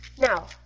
Now